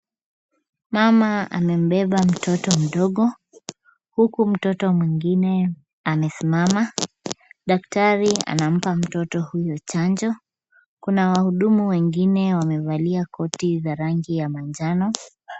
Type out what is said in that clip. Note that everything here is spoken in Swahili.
Mama amembeba mtoto mdogo huku mtoto mwingine amesimama. Daktari anampa mtoto huyu chanjo. Kuna wahudumu wengine wamevalia koti za rangi ya manjano.